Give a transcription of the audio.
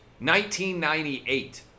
1998